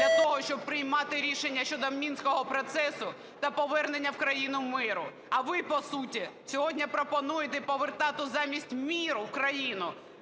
для того, щоб приймати рішення щодо Мінського процесу та повернення в країну миру. А ви, по суті, сьогодні пропонуєте повертати замість миру в країну